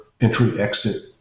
entry-exit